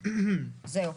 זהו.